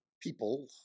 people